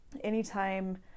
anytime